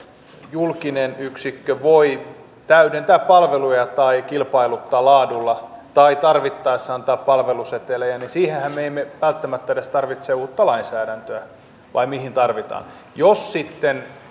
julkinen yksikkö voi täydentää palveluja tai kilpailuttaa laadulla tai tarvittaessa antaa palveluseteleitä niin siihenhän me emme välttämättä edes tarvitse uutta lainsäädäntöä vai mihin tarvitaan jos sitten